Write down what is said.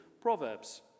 Proverbs